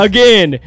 Again